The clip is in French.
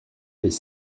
les